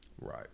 Right